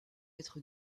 être